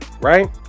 right